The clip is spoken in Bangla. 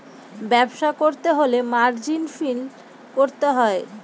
ব্যবসা করতে হলে মার্জিন ফিল করতে হয়